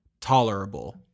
tolerable